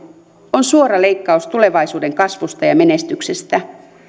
on suora leikkaus tulevaisuuden kasvusta ja menestyksestä